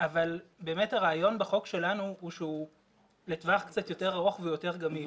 אבל באמת הרעיון בחוק שלנו זה שהוא לטווח קצת יותר ארוך ויותר גמיש,